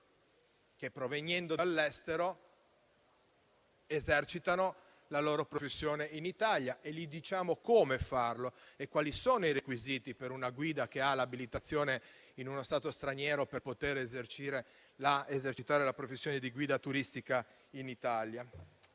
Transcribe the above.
che, provenendo dall'estero, esercitano la loro professione in Italia. Diciamo loro come farlo e quali sono i requisiti, per una guida che ha l'abilitazione in uno Stato straniero, per poter esercitare la professione di guida turistica in Italia.